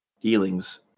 dealings